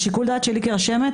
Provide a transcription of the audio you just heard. שיקול הדעת שלי כרשמת,